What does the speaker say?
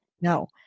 No